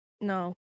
No